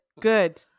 good